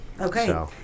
Okay